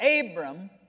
Abram